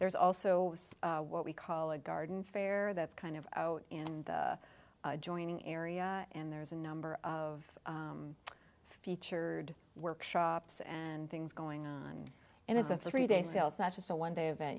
there's also what we call a garden fair that's kind of out and joining area and there's a number of featured workshops and things going on and it's a three day sales not just a one day event